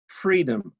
freedom